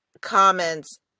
comments